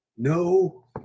No